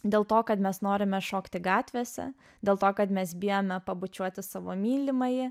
dėl to kad mes norime šokti gatvėse dėl to kad mes bijome pabučiuoti savo mylimąjį